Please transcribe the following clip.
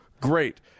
great